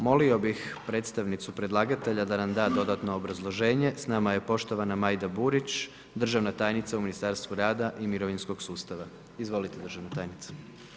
Molio bi predstavnicu predlagatelja da nam da dodatno obrazloženje, s nama je poštovana Majda Burić, državna tajnica u Ministarstvu rada i mirovinskog sustava, izvolite državna tajnice.